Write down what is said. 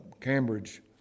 Cambridge